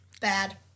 Bad